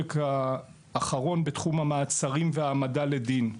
לפרק האחרון: תחום המעצרים והעמדה לדין.